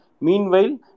Meanwhile